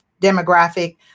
demographic